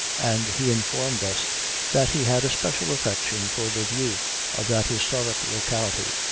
and he informed us that he had a special affection for the view of that historic locality,